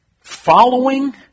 Following